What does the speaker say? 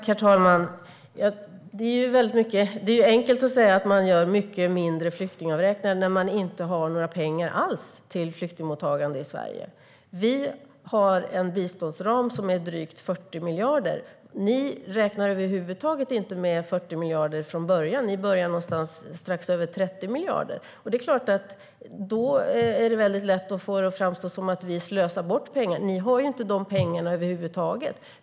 Herr talman! Det är ju enkelt att säga att man gör mycket mindre flyktingavräkningar när man inte har några pengar alls till flyktingmottagande i Sverige. Vi har en biståndsram som är på drygt 40 miljarder. Ni räknar över huvud taget inte med 40 miljarder från början, utan ni börjar någonstans strax över 30 miljarder. Då är det väldigt lätt att få det att framstå som att vi slösar bort pengar, men ni har ju inte de pengarna över huvud taget.